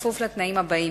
כפוף לתנאים הבאים: